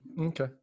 okay